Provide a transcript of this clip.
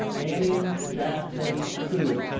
annie jasmine hsu.